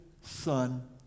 son